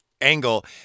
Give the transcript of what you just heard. angle